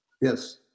Yes